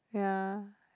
yeah